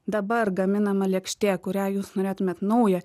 dabar gaminama lėkštė kurią jūs norėtumėt naują